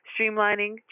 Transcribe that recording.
Streamlining